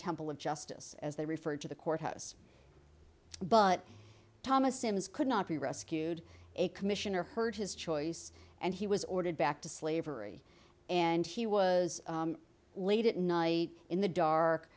temple of justice as they referred to the courthouse but thomas simms could not be rescued a commissioner heard his choice and he was ordered back to slavery and he was late at night in the dark